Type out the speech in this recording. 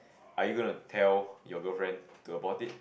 are you going to tell your girlfriend to abort it